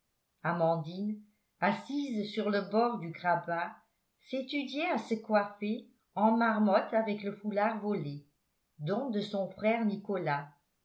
amandine assise sur le bord du grabat s'étudiait à se coiffer en marmotte avec le foulard volé don de son frère nicolas